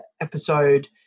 episode